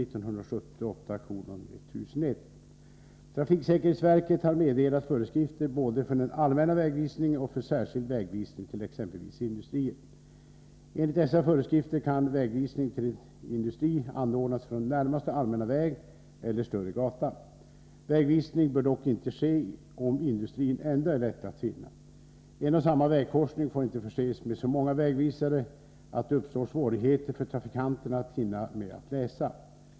Trafiksäkerhetsverket har meddelat föreskrifter både för den allmänna vägvisningen och för särskild vägvisning till exempelvis industrier. Enligt dessa föreskrifter kan vägvisning till en industri anordnas från närmaste allmänna väg eller större gata. Vägvisning bör dock inte ske om industrin ändå är lätt att finna. En och samma vägkorsning får inte förses med så många vägvisare att det uppstår svårigheter för trafikanterna att hinna med att läsa.